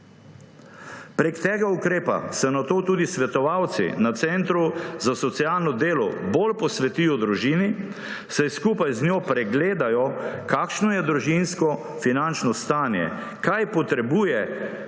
Prek tega ukrepa se nato tudi svetovalci na centru za socialno delo bolj posvetijo družini, saj skupaj z njo pregledajo, kakšno je družinsko finančno stanje, kaj potrebuje za